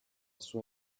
sua